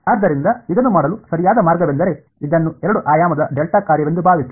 ಆದ್ದರಿಂದ ಇದನ್ನು ಮಾಡಲು ಸರಿಯಾದ ಮಾರ್ಗವೆಂದರೆ ಇದನ್ನು ಎರಡು ಆಯಾಮದ ಡೆಲ್ಟಾ ಕಾರ್ಯವೆಂದು ಭಾವಿಸಿ